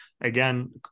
Again